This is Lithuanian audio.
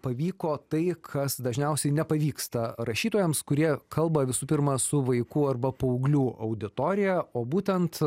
pavyko tai kas dažniausiai nepavyksta rašytojams kurie kalba visų pirma su vaikų arba paauglių auditorija o būtent